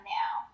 now